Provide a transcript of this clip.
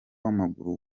w’amaguru